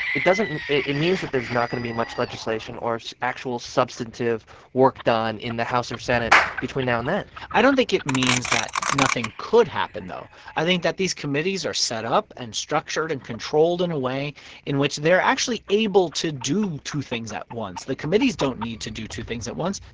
it doesn't it it means that there's not going to be much legislation or so actual substantive work done in the house or senate between now and then i don't think it means that nothing could happen, though. i think that these committees are set up and structured and controlled in a way in which they're actually able to do two things at once. the committees don't need to do two things at once.